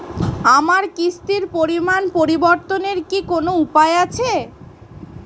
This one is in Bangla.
আমার কিস্তির পরিমাণ পরিবর্তনের কি কোনো উপায় আছে?